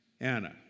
Anna